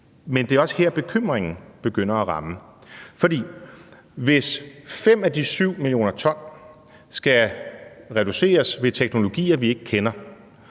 Men det er også her, bekymringen begynder at ramme, for hvis 5 mio. t af de 7 mio. t skal reduceres ved teknologier, vi ikke kender,